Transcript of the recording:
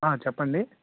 చెప్పండి